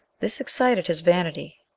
this excited his vanity,